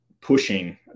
pushing